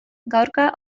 gaurkoa